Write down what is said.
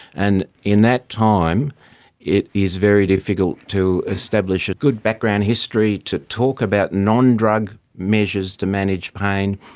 and in that time it is very difficult to establish a good background history, to talk about non-drug measures to manage pain,